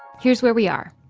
here's where we are.